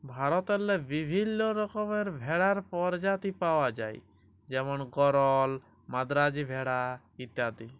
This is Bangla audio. ভারতেল্লে বিভিল্ল্য রকমের ভেড়ার পরজাতি পাউয়া যায় যেমল গরল, মাদ্রাজি ভেড়া ইত্যাদি